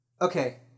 Okay